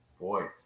Boy